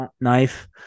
knife